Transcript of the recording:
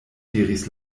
diris